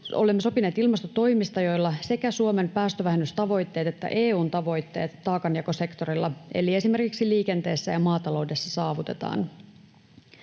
olemme sopineet ilmastotoimista, joilla sekä Suomen päästövähennystavoitteet että EU:n tavoitteet taakanjakosektorilla, eli esimerkiksi liikenteessä ja maataloudessa, saavutetaan.